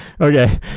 Okay